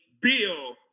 Bill